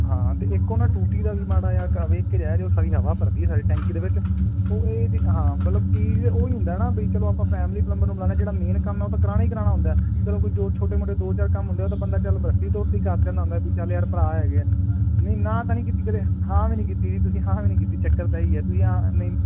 ਹਾਂ ਤੇ ਇੱਕੋ ਨਾ ਟੂਟੀ ਦਾ ਵੀ ਮਾੜਾ ਆ ਕਵੇ ਇੱਕ ਰਹਿ ਜਾਓ ਸਹੀ ਹਵਾ ਭਰਦੀ ਸਾਰੀ ਟੈਂਕੀ ਦੇ ਵਿੱਚ ਉਹ ਇਹ ਵੀ ਹਾਂ ਮਤਲਬ ਕੀ ਉਹ ਹੀ ਹੁੰਦਾ ਨਾ ਚਲੋ ਆਪਾਂ ਫੈਮਲੀ ਪਲੰਬਰ ਨੂੰ ਲਾਣਾ ਜਿਹੜਾ ਮੇਨ ਕੰਮ ਉਹ ਤਾਂ ਕਰਾਣਾ ਹੀ ਕਰਾਣਾ ਹੁੰਦਾ ਚਲੋ ਕੋਈ ਜੋ ਛੋਟੇ ਮੋਟੇ ਦੋ ਚਾਰ ਕੰਮ ਹੁੰਦੇ ਉਹ ਤਾਂ ਬੰਦਾ ਚੱਲ ਬੈਠੀ ਧੋਤੀ ਕਰ ਜਾਂਦਾ ਚੱਲ ਯਾਰ ਭਰਾ ਹੈਗੇ ਆ ਨਹੀਂ ਨਾ ਤਾਂ ਨੀ ਕੀਤੀ ਕਦੇ ਹਾ ਵੀ ਨਹੀ ਕੀਤੀ ਚਕਰ ਤਾਂ ਇਹ ਹੀ ਹੈ